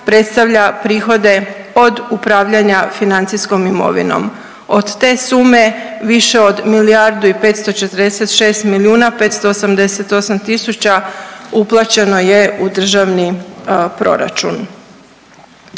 predstavlja prihode od upravljanja financijskom imovinom. Od te sume više od milijardu i 546 milijuna 588 tisuća uplaćeno je u državni proračun.